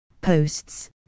posts